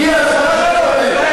הגיע הזמן שתגנה.